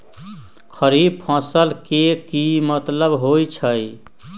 खरीफ फसल के की मतलब होइ छइ?